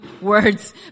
words